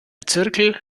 zirkel